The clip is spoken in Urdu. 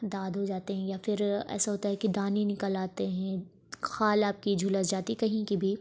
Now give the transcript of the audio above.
داد ہوجاتے ہیں یا پھر ایسا ہوتا ہے کہ دانے نکل آتے ہیں کھال آپ کی جھلس جاتی ہے کہیں کی بھی